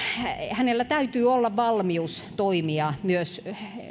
hänellä täytyy olla valmius toimia myös